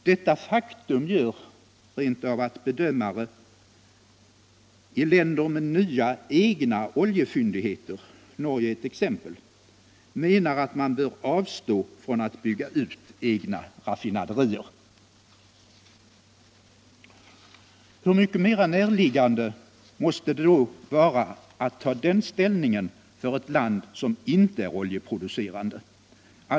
Detta faktum gör rent av att bedömare i länder med nya, egna oljefyndigheter — Norge är ett exempel —- menar att man bör avstå från att bygga ut egna raffinaderier. Hur mycket mera näraliggande måste det då inte vara för ett land som inte är oljeproducerande att göra det ställningstagandet?